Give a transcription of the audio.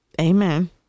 Amen